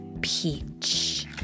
Peach